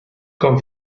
con